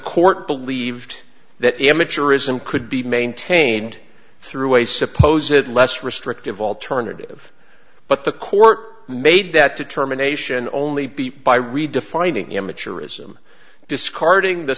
court believed that amateurism could be maintained through a suppose it less restrictive alternative but the court made that determination only beat by redefining amateurism discarding the